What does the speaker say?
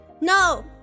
No